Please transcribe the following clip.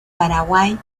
paraguay